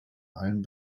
allen